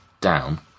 down